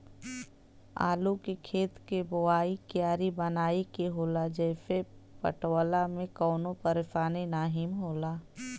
आलू के खेत के बोवाइ क्यारी बनाई के होला जेसे पटवला में कवनो परेशानी नाहीम होला